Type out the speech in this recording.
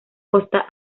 costa